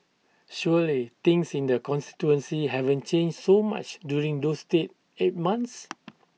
surely things in the constituency haven't changed so much during those day eight months